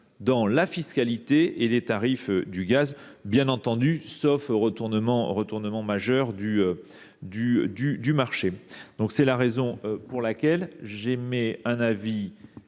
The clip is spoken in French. dans la fiscalité et dans les tarifs du gaz, sauf retournement majeur du marché. C’est la raison pour laquelle j’émets un avis